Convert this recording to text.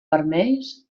vermells